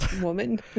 woman